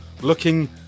looking